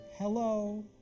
Hello